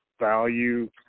value